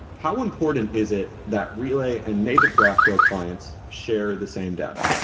how important is it that relay and native graphql clients share the same data?